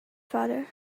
father